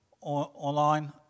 online